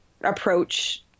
approach